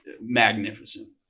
magnificent